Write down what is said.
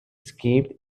escaped